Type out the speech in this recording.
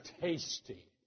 tasty